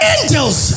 Angels